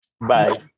bye